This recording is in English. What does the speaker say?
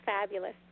fabulous